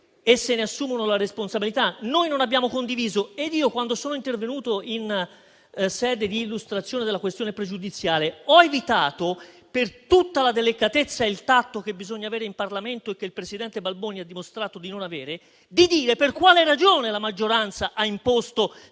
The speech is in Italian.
e se ne assume la responsabilità. Noi non lo abbiamo condiviso ed io, quando sono intervenuto in sede d'illustrazione della questione pregiudiziale, ho evitato, per tutta la delicatezza e per il tatto che bisogna avere in Parlamento e che il presidente Balboni ha dimostrato di non avere, di dire per quale ragione la maggioranza ha imposto